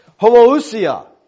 homoousia